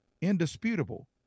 indisputable